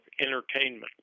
entertainment